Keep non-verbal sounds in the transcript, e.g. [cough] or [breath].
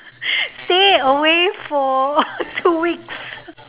[breath] stay away for [laughs] two weeks